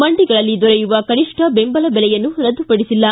ಮಂಡಿಗಳಲ್ಲಿ ದೊರೆಯುವ ಕನಿಷ್ಠ ದೆಂಬಲ ಬೆಲೆಯನ್ನೂ ರದ್ದುಪಡಿಸಿಲ್ಲ